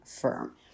firm